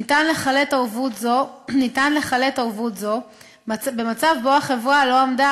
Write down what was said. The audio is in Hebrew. ניתן לחלט ערבות זו במצב שבו החברה לא עמדה